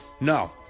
No